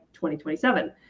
2027